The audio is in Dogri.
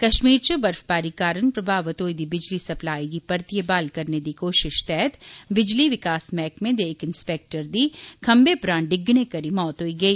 कश्मीर च बर्फबारी कारण प्रभावित होई दी बिजली सप्लाई गी परतियै ब्हाल करने दी कोशश तैह्त बिजली विकास मैह्कमे दे इक इंस्पैक्टर दी खम्बे परा डिग्गने करी मौत होई गेई